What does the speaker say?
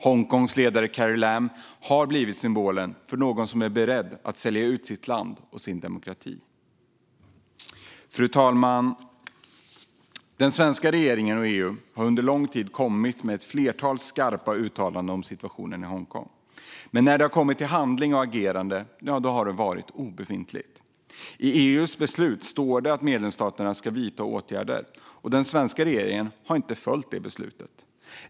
Hongkongs ledare Carrie Lam har blivit symbolen för någon som är beredd att sälja ut sitt land och sin demokrati. Fru talman! Den svenska regeringen och EU har under lång tid kommit med ett flertal skarpa uttalanden om situationen i Hongkong. Men när det har kommit till handling och agerande har det varit obefintligt. I EU:s beslut står det att medlemsstaterna ska vidta åtgärder. Den svenska regeringen har inte följt det beslutet.